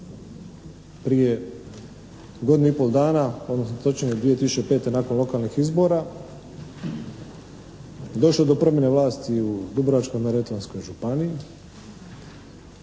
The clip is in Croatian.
Prije godinu i pol dana, odnosno točnije 2005. nakon lokalnih izbora došlo je do promjene vlasti u Dubrovačko-neretvanskoj županiji.